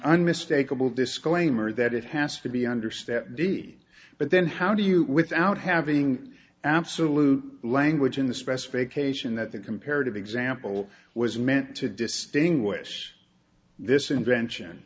unmistakable disclaimer that it has to be under step d but then how do you without having absolute language in the specification that the comparative example was meant to distinguish this invention